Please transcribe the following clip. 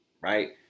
Right